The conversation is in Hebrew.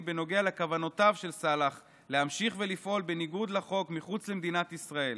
בנוגע לכוונותיו של סלאח להמשיך ולפעול בניגוד לחוק מחוץ למדינת ישראל